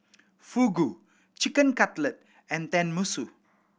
Fugu Chicken Cutlet and Tenmusu